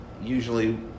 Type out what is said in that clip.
Usually